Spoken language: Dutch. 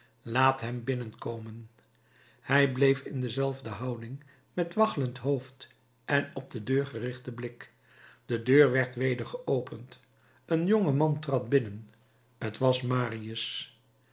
laat hem binnenkomen hij bleef in dezelfde houding met waggelend hoofd en op de deur gerichten blik de deur werd weder geopend een jonge man trad binnen t was marius